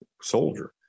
soldier